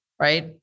Right